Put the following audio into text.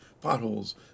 potholes